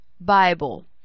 Bible